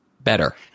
better